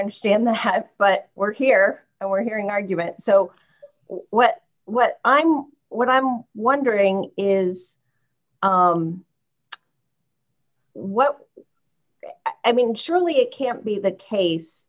understand the head but we're here we're hearing argument so well what i'm what i'm wondering is what i mean surely it can't be the case